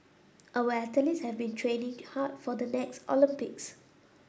our athletes have been training hard for the next Olympics